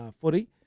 footy